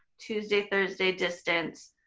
tuesday, thursday distance,